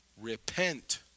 Repent